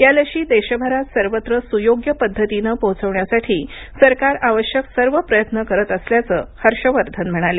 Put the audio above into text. या लशी देशभरात सर्वत्र सुयोग्य पद्धतीनं पोहोचवण्यासाठी सरकार आवश्यक सर्व प्रयत्न करत असल्याचं हर्ष वर्धन म्हणाले